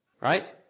right